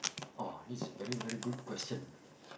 oh this is very very good question